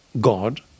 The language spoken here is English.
God